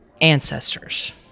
ancestors